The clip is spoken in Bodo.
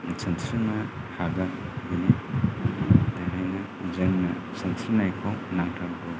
सानस्रिनो हागोन बिनि थाखायनो जोंनो सानस्रिनायखौ नांथारगौ